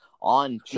on